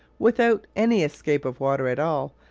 without any escape of water at all,